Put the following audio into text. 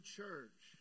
church